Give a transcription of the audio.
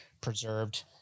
preserved